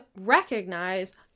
recognize